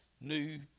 new